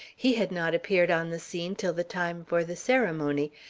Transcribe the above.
he had not appeared on the scene till the time for the ceremony,